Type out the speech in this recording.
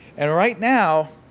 and right now,